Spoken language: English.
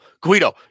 Guido